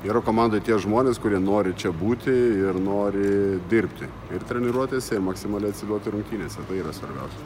yra komandoj tie žmonės kurie nori čia būti ir nori dirbti ir treniruotėse ir maksimaliai atsiduoti rungtynėse tai yra svarbiausia